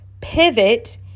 pivot